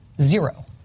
Zero